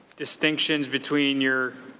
distinctions between your